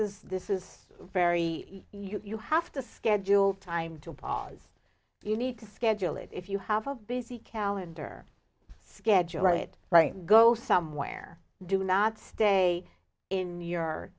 is this is very you have to schedule time to pause you need to schedule it if you have a busy calendar schedule it right go somewhere do not stay in your